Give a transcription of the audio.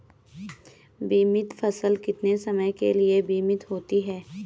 बीमित फसल कितने समय के लिए बीमित होती है?